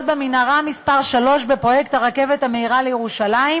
במנהרה מס׳ 3 בפרויקט הרכבת המהירה לירושלים,